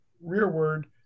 rearward